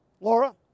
Laura